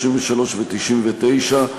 33 ו-99.